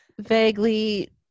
vaguely